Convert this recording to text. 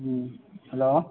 hello